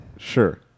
Sure